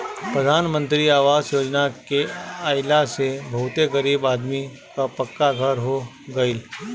प्रधान मंत्री आवास योजना के आइला से बहुते गरीब आदमी कअ पक्का घर हो गइल